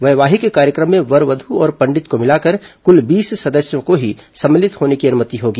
वैवाहिक कार्यक्रम में वर वध् और पंडित को मिलाकर कुल बीस सदस्यों को ही सम्मिलित होने की अनुमति होगी